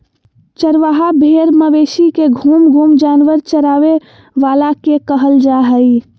चरवाहा भेड़ मवेशी के घूम घूम जानवर चराबे वाला के कहल जा हइ